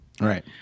Right